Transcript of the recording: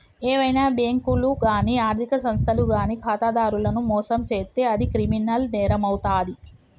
ఏవైనా బ్యేంకులు గానీ ఆర్ధిక సంస్థలు గానీ ఖాతాదారులను మోసం చేత్తే అది క్రిమినల్ నేరమవుతాది